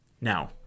Now